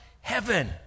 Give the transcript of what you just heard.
heaven